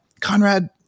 Conrad